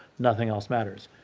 nothing else matters.